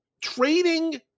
trading